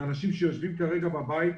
אלה אנשים שיושבים כרגע בבית,